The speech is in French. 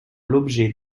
l’objet